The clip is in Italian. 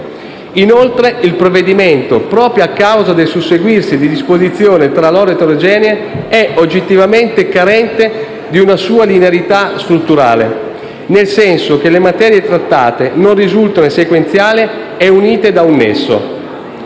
Inoltre, il provvedimento, proprio a causa del susseguirsi di disposizioni tra loro eterogenee, è oggettivamente carente di una sua linearità strutturale, nel senso che le materie trattate non risultano sequenziali e unite da un nesso.